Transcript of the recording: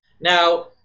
now